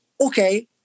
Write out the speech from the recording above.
okay